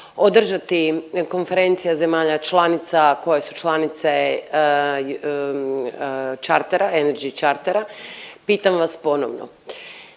održati konferencija zemalja članica koje su članice chartera, Energy Chartera pitam vas ponovno.